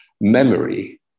memory